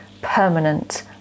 permanent